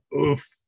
Oof